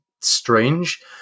strange